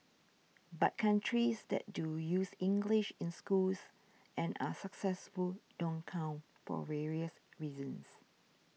but countries that do use English in schools and are successful don't count for various reasons